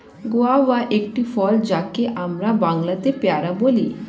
guava একটি ফল যাকে আমরা বাংলাতে পেয়ারা বলি